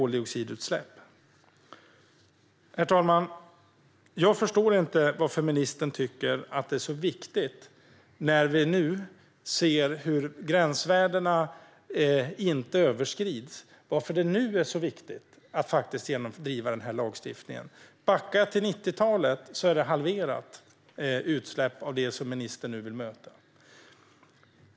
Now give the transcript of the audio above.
Jag förstår inte varför det är så viktigt för ministern att genomdriva denna lagstiftning. Vi ser ju att gränsvärdena inte överskrids, och jämfört med 90-talet har vi halverat utsläppen.